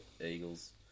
Eagles